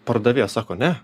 pardavėjas sako ne